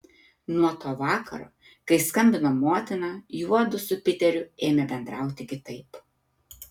nuo to vakaro kai skambino motina juodu su piteriu ėmė bendrauti kitaip